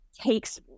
takes